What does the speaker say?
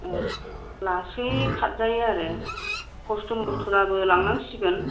औ लासै खारजायो आरो खस्त' मस्त'ब्लाबो लांनांसिगोन